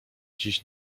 dziś